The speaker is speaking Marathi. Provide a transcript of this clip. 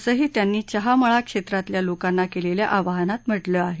असंही त्यांनी चहा मळा क्षेत्रातल्या लोकांना केलेल्या आवाहनात म्हटलं आहे